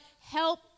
help